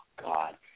God